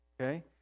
okay